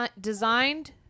designed